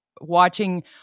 watching